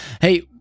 Hey